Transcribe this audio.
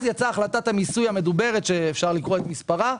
אז יצאה החלטת המיסוי המדוברת שאפשר לקרוא את מספרה,